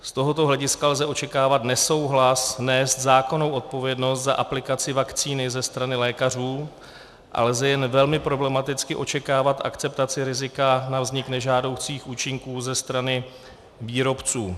Z tohoto hlediska lze očekávat nesouhlas nést zákonnou odpovědnost za aplikaci vakcíny ze strany lékařů a lze jen velmi problematicky očekávat akceptaci rizika na vznik nežádoucích účinků ze strany výrobců.